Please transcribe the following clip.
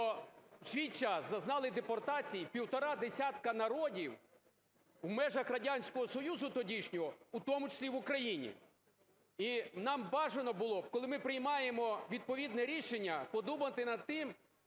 в свій час зазнали депортації півтора десятка народів в межах Радянського Союзу тодішнього, у тому числі в Україні. І нам бажано було б, коли ми приймаємо відповідне рішення, подумати над тим,